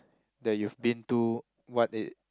that you've been to what it